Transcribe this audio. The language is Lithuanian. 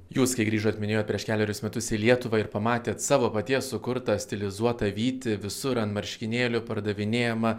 jūs kai grįžot minėjo prieš kelerius metus į lietuvą ir pamatėt savo paties sukurtą stilizuotą vytį visur ant marškinėlių pardavinėjama